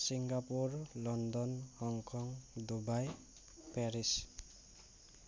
Singapore London Hong Kong Dubai Paris